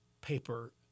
paper